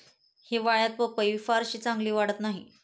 हिवाळ्यात पपई फारशी चांगली वाढत नाही